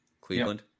Cleveland